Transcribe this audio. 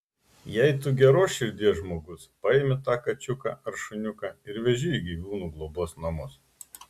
jei tu geros širdies žmogus paimi tą kačiuką ar šuniuką ir veži į gyvūnų globos namus